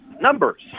numbers